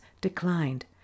declined